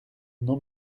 non